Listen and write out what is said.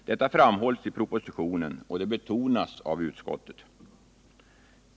Detta framhålls i propositionen, och det betonas av utskottet.